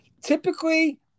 Typically